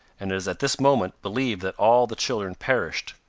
and it is at this moment believed that all the children perished.